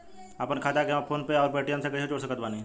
आपनखाता के हम फोनपे आउर पेटीएम से कैसे जोड़ सकत बानी?